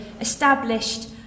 established